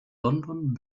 london